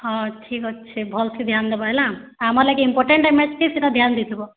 ହଁ ଠିକ୍ ଅଛେ ଭଲ୍ସେ ଧ୍ୟାନ୍ ଦେବ ହେଲା ଆମର୍ ଲାଗି ଇମ୍ପୋର୍ଣ୍ଟାଟ୍ ଆଏ ମ୍ୟାଚ୍କେ ସେଟା ଧ୍ୟାନ୍ ଦେଇଥିବ